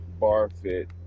BarFit